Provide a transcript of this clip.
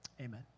amen